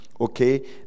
okay